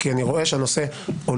כי אני רואה שהנושא עולה,